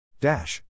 dash